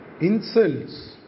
insults